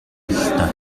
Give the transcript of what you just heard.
бололтой